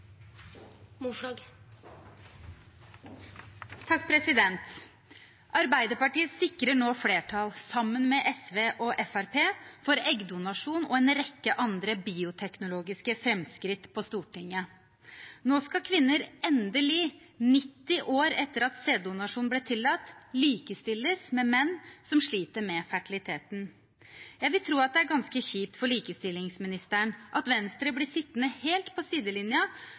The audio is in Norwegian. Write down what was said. Arbeiderpartiet sikrer nå flertall, sammen med SV og Fremskrittspartiet, for eggdonasjon og en rekke andre bioteknologiske framskritt på Stortinget. Nå skal kvinner endelig – 90 år etter at sæddonasjon ble tillatt – likestilles med menn som sliter med fertiliteten. Jeg vil tro at det er ganske kjipt for likestillingsministeren at Venstre blir sittende helt på sidelinja